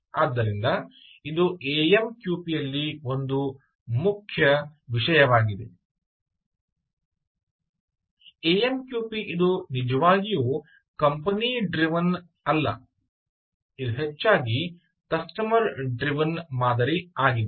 ಆದ್ದರಿಂದ ಇದು ಎಎಮ್ಕ್ಯುಪಿ ಯಲ್ಲಿ ಒಂದು ಮುಖ್ಯ ವಿಷಯವಾಗಿದೆ ಎಎಮ್ಕ್ಯುಪಿ ಇದು ನಿಜವಾಗಿಯೂ ಕಂಪನಿ ಡ್ರೀವನ್ ಅಲ್ಲ ಇದು ಹೆಚ್ಚಾಗಿ ಕಸ್ಟಮರ್ ಡ್ರೀವನ್ ಮಾದರಿ ಆಗಿದೆ